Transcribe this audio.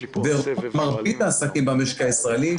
ומרבית העסקים במשק הישראלי,